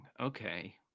Okay